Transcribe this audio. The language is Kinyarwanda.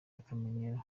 akamenyero